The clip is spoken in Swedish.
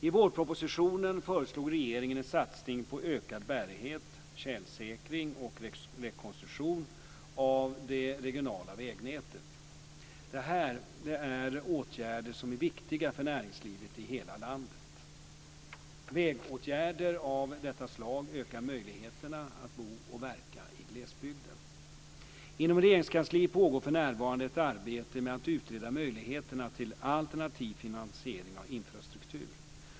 I vårpropositionen föreslog regeringen en satsning på ökad bärighet, tjälsäkring och rekonstruktion av det regionala vägnätet. Det här är åtgärder som är viktiga för näringslivet i hela landet. Vägåtgärder av detta slag ökar möjligheterna att bo och verka i glesbygden. Inom Regeringskansliet pågår för närvarande ett arbete med att utreda möjligheterna till alternativ finansiering av infrastruktur.